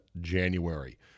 January